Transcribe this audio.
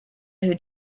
who